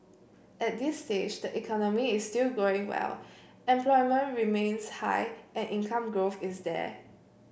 at this stage the economy is still growing well employment remains high and income growth is there